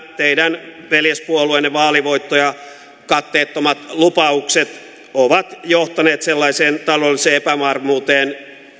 teidän veljespuolueenne vaalivoittajan katteettomat lupaukset ovat johtaneet sellaiseen taloudelliseen epävarmuuteen